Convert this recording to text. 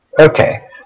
Okay